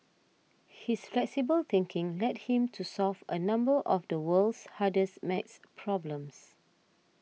his flexible thinking led him to solve a number of the world's hardest math problems